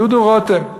דודו רותם: